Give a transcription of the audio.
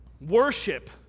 worship